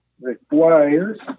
requires